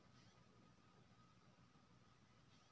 Bank मे online खाता खुले छै?